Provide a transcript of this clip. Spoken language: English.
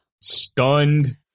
Stunned